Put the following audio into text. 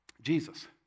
Jesus